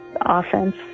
offense